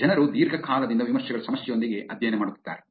ಜನರು ದೀರ್ಘಕಾಲದಿಂದ ವಿಮರ್ಶೆಗಳ ಸಮಸ್ಯೆಯೊಂದಿಗೆ ಅಧ್ಯಯನ ಮಾಡುತ್ತಿದ್ದಾರೆ